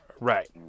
Right